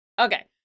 Okay